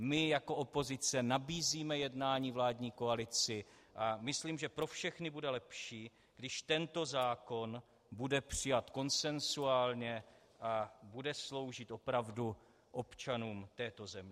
My jako opozice nabízíme jednání vládní koalici a myslím si, že pro všechny bude lepší, když tento zákon bude přijat konsensuálně a bude sloužit opravdu občanům této země.